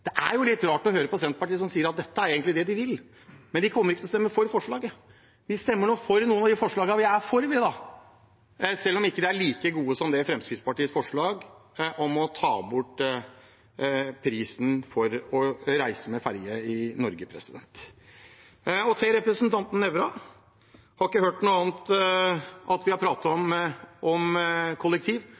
Det er litt rart å høre på Senterpartiet som sier at dette er egentlig det de vil, men de kommer ikke til å stemme for forslaget. Vi stemmer nå for noen av de forslagene vi er for, selv om de ikke er like gode som Fremskrittspartiets forslag om å ta bort prisen for å reise med ferge i Norge. Til representanten Nævra: Jeg har ikke hørt noe annet enn at vi har pratet om kollektiv. Da tør jeg å minne om